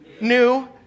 new